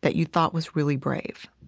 that you thought was really brave